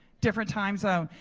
different time zone.